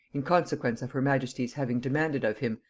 in consequence of her majesty's having demanded of him,